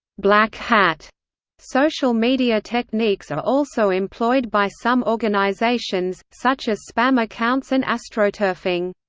black hat social media techniques are also employed by some organizations, such as spam accounts and astroturfing.